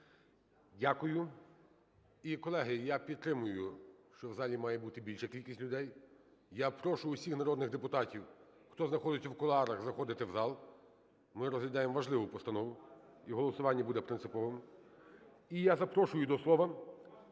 Дякую. І, колеги, я підтримую, що в залі має бути більша кількість людей. Я прошу усіх народних депутатів, хто знаходиться в кулуарах, заходити в зал, ми розглядаємо важливу постанову, і голосування буде принциповим. І я запрошую до слова